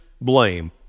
blame